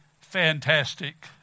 fantastic